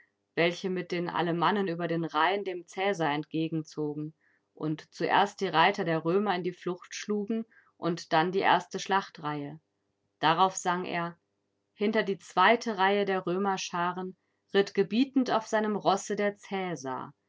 welche mit den alemannen über den rhein dem cäsar entgegenzogen und zuerst die reiter der römer in die flucht schlugen und dann die erste schlachtreihe darauf sang er hinter die zweite reihe der römerscharen ritt gebietend auf seinem rosse der